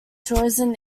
torsion